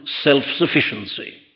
self-sufficiency